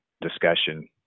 discussion